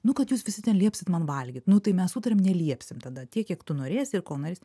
nu kad jūs visi ten liepsit man valgyt nu tai mes sutariam neliepsim tada tiek kiek tu norėsi ir ko norėsi